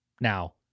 Now